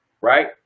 right